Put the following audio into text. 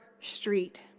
street